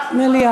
לא.